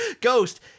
ghost